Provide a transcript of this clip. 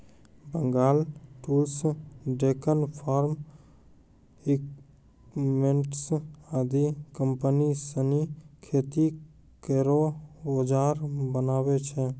Bengal tools, Deccan farm equipments आदि company सिनी खेती केरो औजार बनावै छै